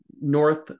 north